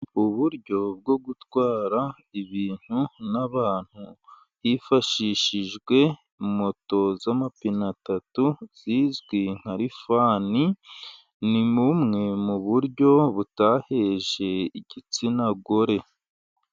Uburyo bwo gutwara ibintu n'abantu, hifashishijwe moto z'amapine atatu zizwi nkalifani, ni bumwe mu buryo butaheje igitsina gore.